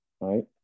right